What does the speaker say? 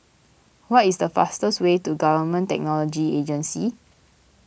what is the fastest way to Government Technology Agency